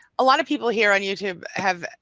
a lot of people here on youtube have.